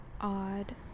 odd